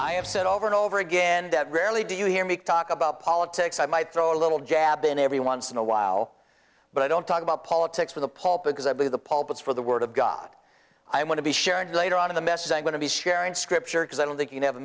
i have said over and over again that rarely do you hear me talk about politics i might throw a little jab in every once in a while but i don't talk about politics with a paul because i believe the puppets for the word of god i want to be shared later on in the message i'm going to be sharing scripture because i don't think you